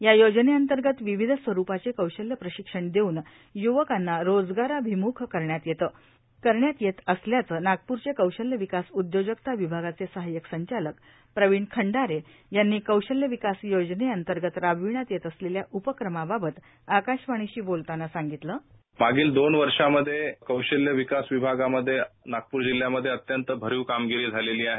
या योजने अंतर्गत विविध स्वरूपाचे कौशल्य प्रशिक्षण देऊन य्वकांना रोजगाराभिमुख करण्यात येत असल्याचे नागपूरचे कौशल्य विकास उदयोजकता विभागाचे सहायक संचालक प्रविण खंधारे यांनी कौशल्य विकास योजने अंतर्गत राबविण्यात येत असलेल्या उपक्रमाबाबत आकाशवाणीशी बोलताना सांगितलं मागील दोन वर्षामध्ये कौशल्य विकास विभागामध्ये नागपूर जिल्ह्यात अत्यंत भरिव कामगिरी झालेली आहे